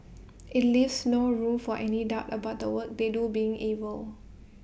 IT leaves no room for any doubt about the work they do being evil